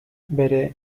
bere